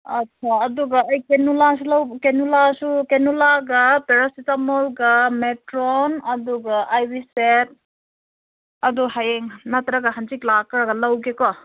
ꯑꯠꯁꯥ ꯑꯗꯨꯒ ꯑꯩ ꯀꯦꯅꯨꯂꯥꯁꯨ ꯂꯧꯕ ꯀꯦꯅꯨꯂꯥꯁꯨ ꯀꯦꯅꯨꯂꯥꯒ ꯄꯦꯔꯥꯁꯤꯇꯥꯃꯣꯜꯒ ꯃꯦꯇ꯭ꯔꯣꯟ ꯑꯗꯨꯒ ꯑꯥꯏꯕꯤ ꯁꯦꯠ ꯑꯗꯣ ꯍꯌꯦꯡ ꯅꯠꯇꯔꯒ ꯍꯪꯆꯤꯠ ꯂꯥꯛꯑꯒ ꯂꯧꯒꯦ ꯀꯣ